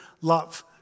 love